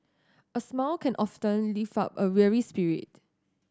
a smile can often lift up a weary spirit